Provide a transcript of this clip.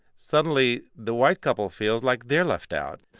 suddenly, the white couple feels like they're left out.